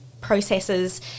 processes